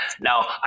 Now